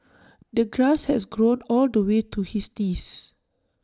the grass has grown all the way to his knees